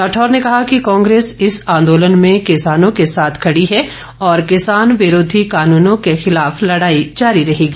राठौर ने कहा कि कांग्रेस इस आंदोलन में किसानों के साथ खड़ी है और किसान विरोधी कानूनों के खिलाफ लड़ाई जारी रहेगी